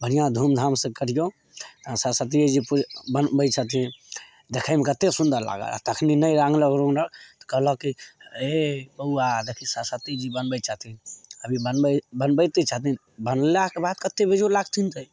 बढ़िआँ धूमधामसे करिऔ आओर सरस्वतिओजी पू बनबै छथिन देखैमे कतेक सुन्दर लागलक आओर तखन नहि रङ्गलक रुङ्गलक तऽ कहलक कि हे बौआ देखही सरस्वतीजी बनबै छथिन अभी बनबै बनबैतै छथिन बनलाके बाद कतेक बेजोड़ लागथिन रै